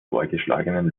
vorgeschlagenen